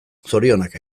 zorionak